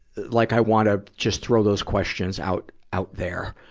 like i wanna just throw those questions out, out there.